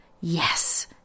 yes